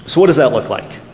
so what does that look like?